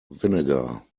vinegar